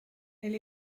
elle